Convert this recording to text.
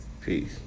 Peace